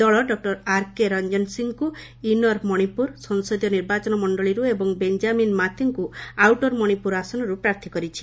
ଦଳ doctor R K Ranjan ସିଂହଙ୍କୁ inner Manipur ସଂସଦୀୟ ନିର୍ବାଚନ ମଣ୍ଡଳୀରୁ ଏବଂ ବେଞ୍ଜାମିନ୍ ମାତେଙ୍କୁ ଆଉଟର ମଣିପୁର ଆସନରୁ ପ୍ରାର୍ଥୀ କରିଛି